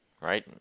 right